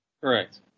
Correct